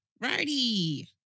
Righty